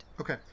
okay